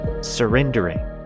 surrendering